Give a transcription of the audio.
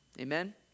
Amen